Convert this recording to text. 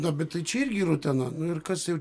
na bet tai čia irgi rutena nu ir kas jau